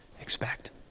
expect